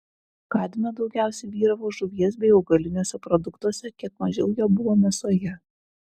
kadmio daugiausiai vyravo žuvies bei augaliniuose produktuose kiek mažiau jo buvo mėsoje